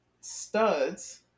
studs